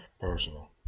personal